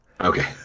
Okay